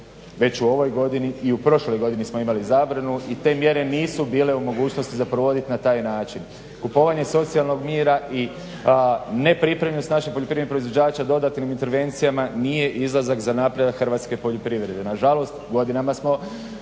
Već u ovoj godini i u prošloj godini smo imali zabranu i te mjere nisu bile u mogućnosti za provoditi na taj način. Kupovanje socijalnog mira i nepripremljenost naših poljoprivrednih proizvođača dodatnim intervencijama nije izlazak za napredak hrvatske poljoprivrede. Na žalost godinama smo,